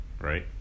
Right